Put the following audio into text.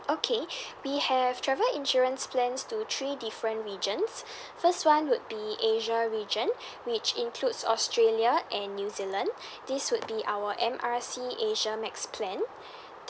okay we have travel insurance plans to three different regions first one would be asia region which includes australia and new zealand this would be our M R C asia max plan